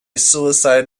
suicide